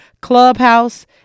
Clubhouse